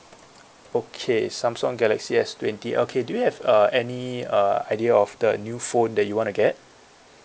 okay samsung galaxy S twenty okay do you have uh any uh idea of the new phone that you wanna get